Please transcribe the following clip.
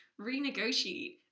renegotiate